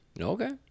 Okay